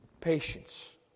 patience